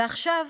ועכשיו